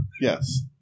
Yes